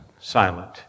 silent